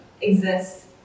exists